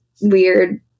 weird